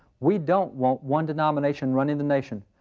we don't want one denomination running the nation.